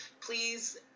Please